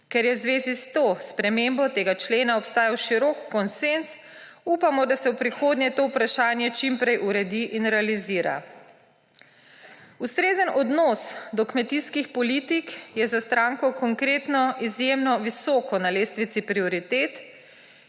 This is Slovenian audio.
Ker je v zvezi s to spremembo tega člena obstajal širok konsenz, upamo, da se prihodnje to vprašanje čim prej uredi in realizira. Ustrezen odnos do kmetijskih politik je za stranko Konkretno izjemno visoko na lestvici prioritet